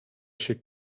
się